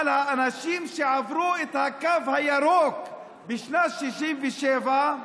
אבל האנשים שעברו את הקו הירוק בשנת 1967,